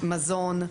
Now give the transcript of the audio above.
מזון,